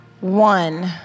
one